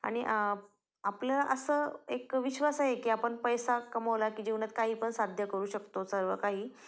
आणि आपला असं एक विश्वास आहे की आपण पैसा कमवला की जीवनात काहीपण साध्य करू शकतो सर्व काही